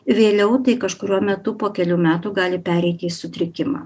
vėliau tai kažkuriuo metu po kelių metų gali pereiti į sutrikimą